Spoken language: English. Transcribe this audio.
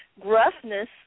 gruffness